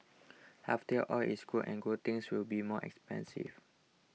healthier oil is good and good things will be more expensive